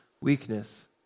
weakness